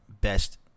best